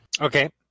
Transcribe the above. Okay